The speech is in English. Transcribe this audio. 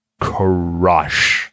crush